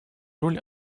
роль